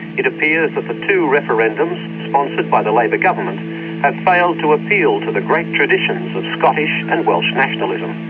it appears that the two referendums um sponsored by the labour government have failed to appeal to the great traditions of scottish and welsh nationalism.